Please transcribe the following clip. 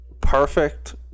perfect